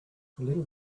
little